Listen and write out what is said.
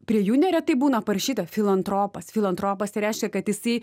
prie jų neretai būna parašyta filantropas filantropas tai reiškia kad jisai